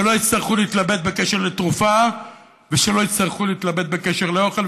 שלא יצטרכו להתלבט בקשר לתרופה ושלא יצטרכו להתלבט בקשר לאוכל,